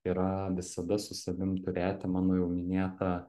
yra visada su savim turėti mano jau minėtą